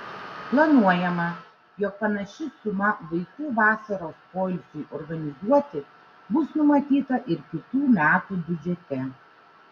planuojama jog panaši suma vaikų vasaros poilsiui organizuoti bus numatyta ir kitų metų biudžete